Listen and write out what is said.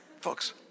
Folks